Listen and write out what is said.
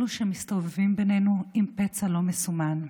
אלו שמסתובבים בינינו עם פצע לא מסומן,